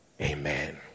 amen